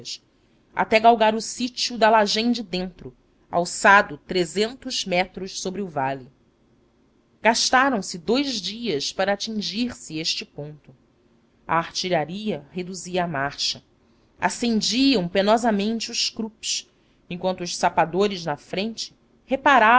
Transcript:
até galgar o sítio da lajem de dentro alçado trezentos metros sobre o vale gastaram se dous dias para atingir se este ponto a artilharia reduzia a marcha ascendiam penosamente os krupps enquanto os separadores na frente reparavam